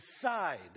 decide